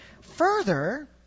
Further